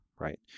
Right